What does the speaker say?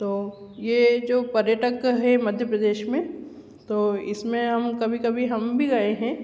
तो ये जो पर्यटक है मध्य प्रदेश में तो इसमें हम कभी कभी हम भी गए हैं